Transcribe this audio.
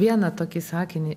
vieną tokį sakinį